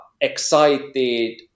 excited